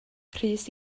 rhys